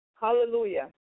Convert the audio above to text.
Hallelujah